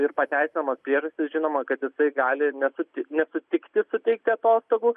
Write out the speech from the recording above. ir pateisinamos priežastys žinoma kad jisai gali nesutik nesutikti suteikti atostogų